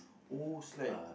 oh it's like